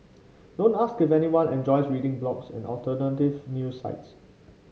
don't ask if anyone enjoys reading blogs and alternative news sites